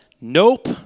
nope